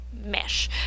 mesh